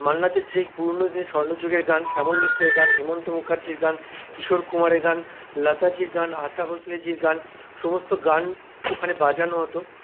মান্না দের সেই পুরনো দিনের স্বর্ণযুগের গান শ্যামল মিত্রের গান হেমন্ত মুখার্জীর গান কিশোর কুমারের গান লতাজির গান আশা ভোঁসলেজির গান সমস্ত গান ওখানে বাজানো হত